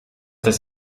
das